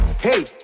Hey